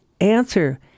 answer